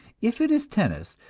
if it is tennis,